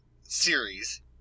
series